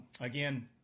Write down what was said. again